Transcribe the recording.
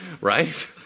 right